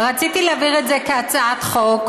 האמת היא שרציתי להעביר את זה כהצעת חוק,